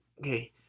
okay